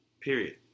period